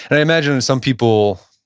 and i imagine that some people,